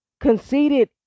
Conceited